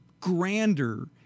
grander